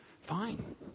fine